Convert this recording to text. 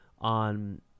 on